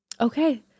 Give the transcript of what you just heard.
okay